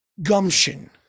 Gumption